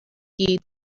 gyd